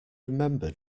remember